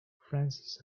frances